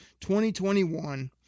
2021